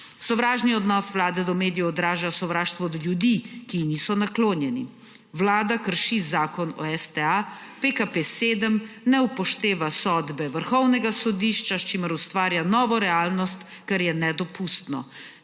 Sovražni odnos Vlade do medijev odraža sovraštvo od ljudi, ki ji niso naklonjeni. Vlada krši Zakon o STA, PKP 7 ne upošteva sodbe Vrhovnega sodišča, s čimer ustvarja novo realnost, kar je nedopustno.